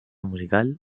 musical